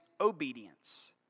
obedience